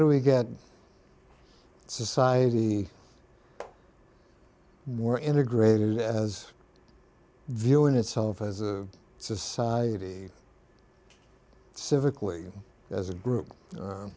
do we get society more integrated as viewing itself as a society civically as a group